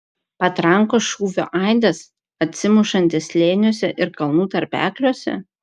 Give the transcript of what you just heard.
patrankos šūvio aidas atsimušantis slėniuose ir kalnų tarpekliuose